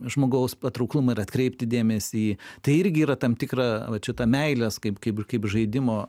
žmogaus patrauklumą ir atkreipti dėmesį tai irgi yra tam tikra vat šita meilės kaip kaip kaip žaidimo